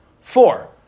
Four